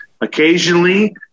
Occasionally